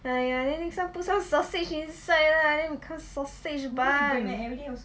!aiya! then next time put some sausage inside lah then become sausage bun